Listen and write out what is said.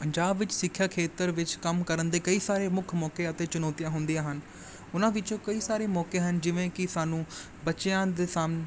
ਪੰਜਾਬ ਵਿੱਚ ਸਿੱਖਿਆ ਖੇਤਰ ਵਿੱਚ ਕੰਮ ਕਰਨ ਦੇ ਕਈ ਸਾਰੇ ਮੁੱਖ ਮੌਕੇ ਅਤੇ ਚੁਣੌਤੀਆਂ ਹੁੰਦੀਆਂ ਹਨ ਉਹਨਾਂ ਵਿੱਚੋਂ ਕਈ ਸਾਰੇ ਮੌਕੇ ਹਨ ਜਿਵੇਂ ਕਿ ਸਾਨੂੰ ਬੱਚਿਆਂ ਦੇ ਸਮ